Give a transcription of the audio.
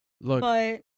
Look